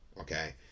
Okay